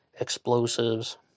explosives